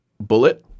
bullet